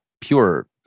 pure